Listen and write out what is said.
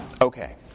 okay